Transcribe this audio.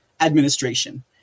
administration